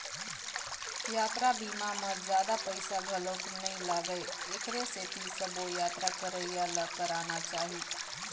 यातरा बीमा म जादा पइसा घलोक नइ लागय एखरे सेती सबो यातरा करइया ल कराना चाही